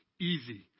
easy